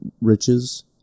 riches